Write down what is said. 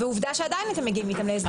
ועובדה שעדיין אתם מגיעים איתם להסדר.